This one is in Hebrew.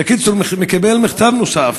בקיצור, הוא מקבל מכתב נוסף,